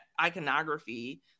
iconography